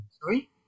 Sorry